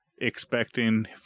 expecting